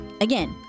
Again